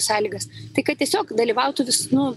sąlygas tai kad tiesiog dalyvautų vis nu